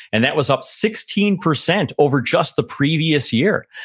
and that was up sixteen percent over just the previous year.